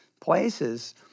places